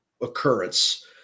occurrence